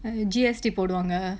uh G_S_T போடுவாங்க:poduvaanga